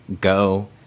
go